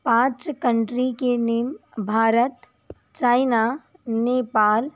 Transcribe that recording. पाँच कंट्री के name Bharat China Nepal